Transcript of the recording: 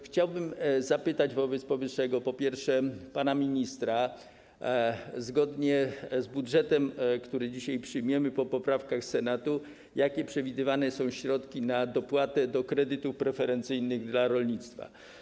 Chciałbym zapytać wobec powyższego, po pierwsze, pana ministra: Zgodnie z budżetem, który dzisiaj przyjmiemy po poprawkach Senatu, jakie są przewidywane środki na dopłatę do kredytów preferencyjnych dla rolnictwa?